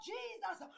Jesus